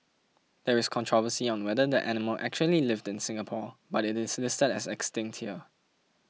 there is controversy on whether the animal actually lived in Singapore but it is listed as Extinct here